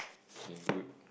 okay good